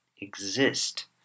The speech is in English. exist